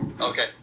okay